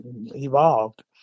evolved